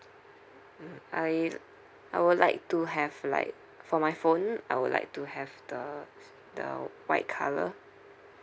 mm I I would like to have like for my phone I would like to have the the white colour